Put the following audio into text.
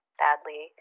sadly